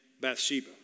Bathsheba